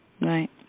Right